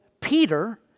Peter